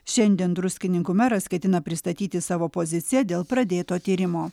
šiandien druskininkų meras ketina pristatyti savo poziciją dėl pradėto tyrimo